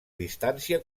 distància